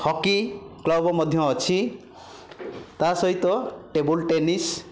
hockey club ମଧ୍ୟ ଅଛି ତା'ସହିତ ଟେବୁଲ୍ ଟେନିସ୍